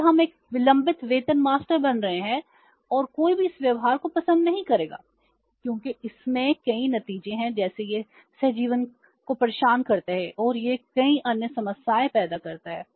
इसलिए हम एक विलंबित वेतन मास्टर बन रहे हैं और कोई भी इस व्यवहार को पसंद नहीं करेगा क्योंकि इसमें कई नतीजे हैं जैसे यह सहजीवन को परेशान करता है और यह कई अन्य समस्याएं पैदा करता है